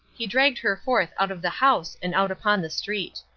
he dragged her forth out of the house and out upon the street.